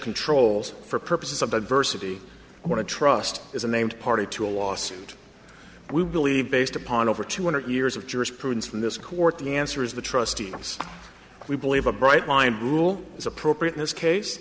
controls for purposes of diversity want to trust is a named party to a lawsuit we believe based upon over two hundred years of jurisprudence from this court the answer is the trustees we believe a bright line rule is appropriate in this case